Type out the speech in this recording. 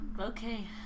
okay